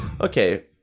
Okay